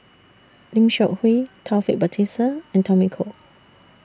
Lim Seok Hui Taufik Batisah and Tommy Koh